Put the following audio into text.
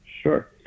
sure